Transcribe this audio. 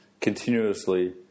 continuously